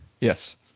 Yes